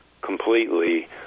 completely